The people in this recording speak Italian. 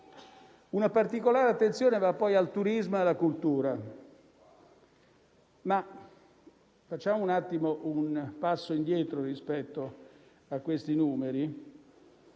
Una particolare attenzione va poi al turismo e alla cultura, ma facciamo un attimo un passo indietro rispetto a questi numeri